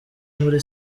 muri